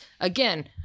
Again